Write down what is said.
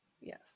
yes